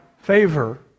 favor